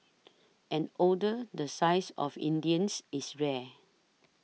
an order the size of India's is rare